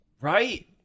Right